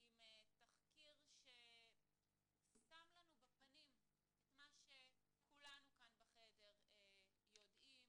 עם תחקיר ששם לנו בפנים את מה שכולנו כאן בחדר יודעים,